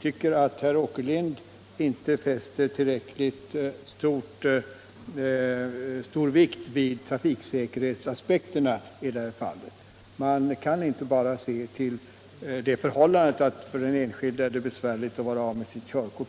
tycker att herr Åkerlind inte fäster tillräckligt stor vikt vid trafiksäkerhetsaspekterna i detta fall. Man kan inte bara se till det förhållandet att det för den enskilde är besvärligt att vara av med sitt körkort.